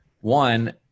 one